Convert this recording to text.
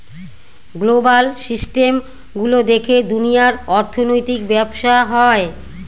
global system গুলো দেখে দুনিয়ার অর্থনৈতিক ব্যবসা হয়